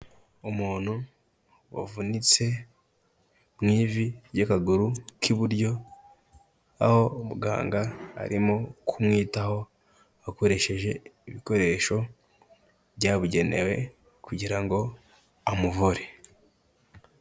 Umuntu wavunitse mu ivi ry'akaguru k'iburyo aho muganga arimo kumwitaho akoresheje ibikoresho byabugenewe kugira ngo amuvure.